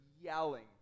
yelling